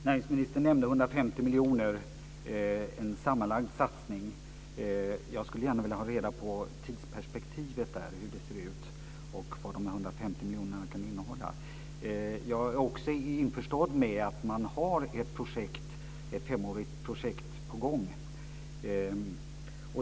Näringsministern nämnde 150 miljoner i en sammanlagd satsning. Jag skulle gärna vilja ha reda på hur tidsperspektivet ser ut, och vad de 150 miljonerna kan innehålla. Jag är också införstådd med att man har ett femårigt projekt på gång.